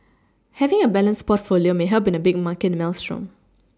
having a balanced portfolio may help in a big market maelstrom